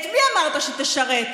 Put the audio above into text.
את מי אמרת שתשרת,